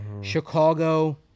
Chicago